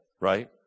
Right